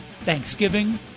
Thanksgiving